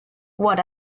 what